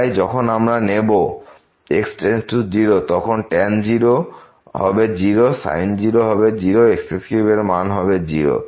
তাই যখন আমরা নেব x→0 তখন tan 0 হবে 0 sin 0 হবে 0 এবং x3 এর মান হবে 0